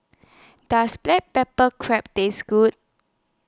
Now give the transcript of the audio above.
Does Black Pepper Crab Taste Good